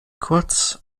kurz